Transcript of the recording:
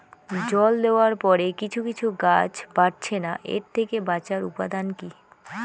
জল দেওয়ার পরে কিছু কিছু গাছ বাড়ছে না এর থেকে বাঁচার উপাদান কী?